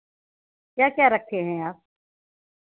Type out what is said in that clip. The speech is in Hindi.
क्या क्या रखे हैं आप